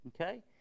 Okay